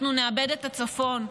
אנחנו נאבד את הצפון.